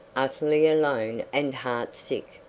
utterly alone and heart-sick.